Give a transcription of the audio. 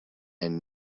and